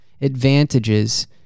advantages